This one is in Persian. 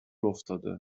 افتاده